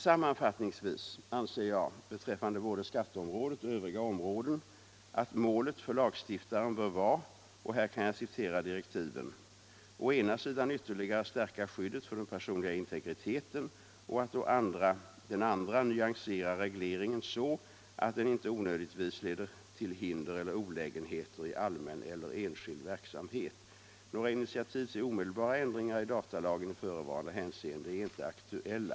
Sammanfattningsvis anser jag beträffande både skatteområdet och övriga områden att målet för lagstiftaren bör vara — och här kan jag citera direktiven — att å ena sidan ytterligare stärka skyddet för den personliga integriteten och att å den andra nyansera regleringen så att den inte onödigtvis leder till hinder eller olägenheter i allmän eller enskild verksamhet. Några initiativ till omedelbara ändringar i datalagen i förevarande hänseende är inte aktuella.